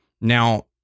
Now